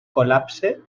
col·lapse